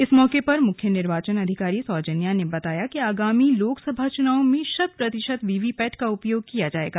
इस मौके पर मुख्य निर्वाचन अधिकारी सौजन्या ने बताया कि आगामी लोकसभा चुनाव में शत प्रतिशत वीवीपैट का प्रयोग किया जाएगा